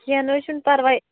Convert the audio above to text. کیٚنہہ نہ حظ چھُنہٕ پرواے